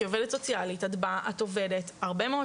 כעובדת סוציאלית את באה ועובדת הרבה מאוד